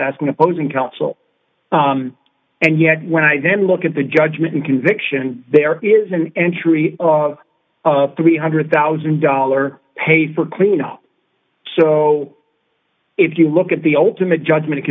asking opposing counsel and yet when i then look at the judgment and conviction there is an entry of three hundred thousand dollars paid for cleanup so if you look at the ultimate judgment